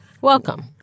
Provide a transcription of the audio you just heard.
Welcome